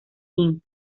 inc